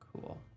Cool